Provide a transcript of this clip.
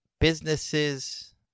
businesses